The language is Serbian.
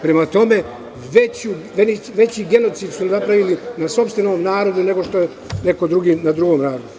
Prema tome, veći genocid su napravili na sopstvenom narodu, nego što je neko drugi na drugom narodu.